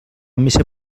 missa